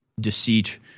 deceit